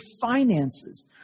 finances